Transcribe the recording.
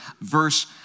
Verse